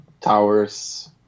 towers